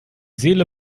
seele